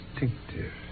distinctive